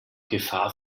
gefahr